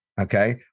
okay